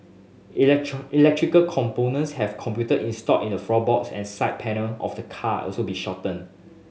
electric electrical components have computer installed in the floorboards and side panel of the car also be shorten